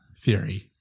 Theory